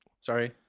Sorry